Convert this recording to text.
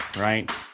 right